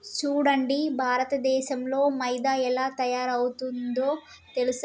సూడండి భారతదేసంలో మైదా ఎలా తయారవుతుందో తెలుసా